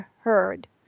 heard